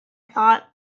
thought